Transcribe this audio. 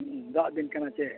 ᱫᱟᱜ ᱫᱤᱱ ᱠᱟᱱᱟ ᱪᱮ